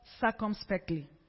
circumspectly